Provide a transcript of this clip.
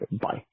Bye